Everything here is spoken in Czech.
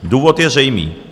Důvod je zřejmý.